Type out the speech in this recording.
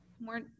more